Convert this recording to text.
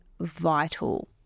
vital